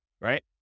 Right